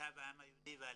כתב העם היהודי והעליה.